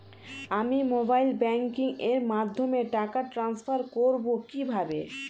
আমি mobile banking এর মাধ্যমে টাকা টান্সফার করব কিভাবে?